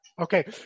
Okay